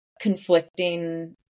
conflicting